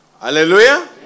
Hallelujah